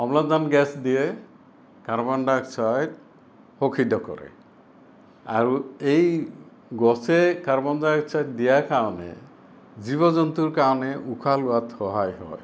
অম্লজান gas দিয়ে carbon dioxide শোষিত কৰে আৰু এই গছে কাৰ্বন ডাই অক্সাইড দিয়াৰ কাৰণে জীৱ জন্তুৰ কাৰণে উশাহ লোৱাত সহায় হয়